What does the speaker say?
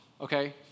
okay